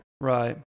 Right